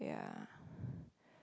yeah